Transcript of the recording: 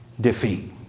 defeat